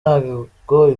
ntabwo